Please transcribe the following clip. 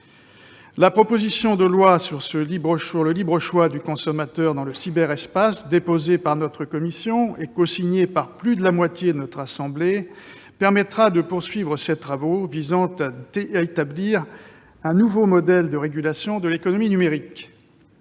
La proposition de loi visant à garantir le libre choix du consommateur dans le cyberespace, déposée par notre commission et cosignée par plus de la moitié des membres de notre assemblée, permettra de poursuivre ces travaux tendant à établir un nouveau modèle de régulation de l'économie numérique.